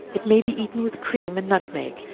it may be eaten with cream, and nutmeg,